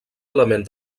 element